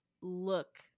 look